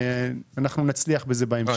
אנחנו נצליח בזה בהמשך.